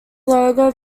logo